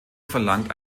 verlangt